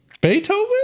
Beethoven